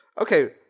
Okay